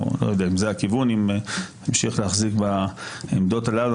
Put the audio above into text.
לא יודע אם זה הכיוון אם תמשיך להחזיק בעמדות הללו,